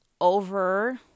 over